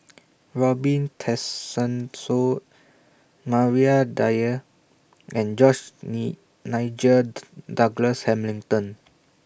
Robin Tessensohn Maria Dyer and George Nigel Douglas Hamilton